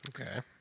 Okay